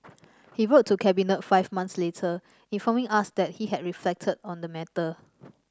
he wrote to Cabinet five months later informing us that he had reflected on the matter